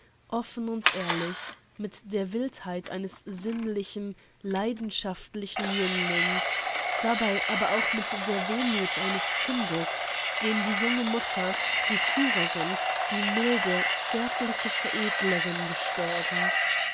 offen und ehrlich mit der wildheit eines sinnlichen leidenschaftlichen jünglings dabei aber auch mit der wehmuth eines kindes dem die junge mutter die führerin die milde zärtliche veredlerin gestorben